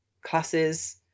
classes